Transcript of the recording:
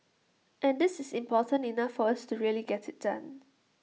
and this is important enough for us to really get IT done